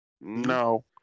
No